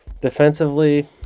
defensively